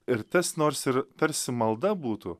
ir tas nors ir tarsi malda būtų